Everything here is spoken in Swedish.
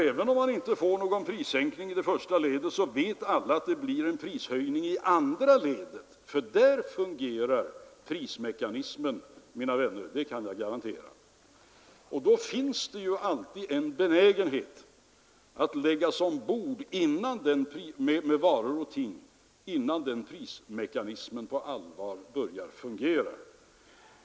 Även om man då inte får någon prissänkning i första ledet vet alla att det blir en prishöjning i andra ledet, för där fungerar prismekanismen, mina vänner, det kan jag garantera. Det finns en benägenhet hos människor att lägga sig till med varor och ting innan den här prismekanismen på allvar börjar fungera.